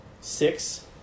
six